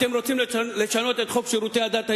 אתם רוצים לשנות את חוק שירותי הדת היהודיים,